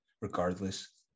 Regardless